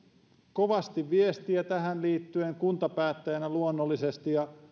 kovasti viestiä tähän liittyen kuntapäättäjänä luonnollisesti ja